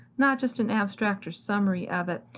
not just an abstract or summary of it.